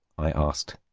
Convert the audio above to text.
i asked.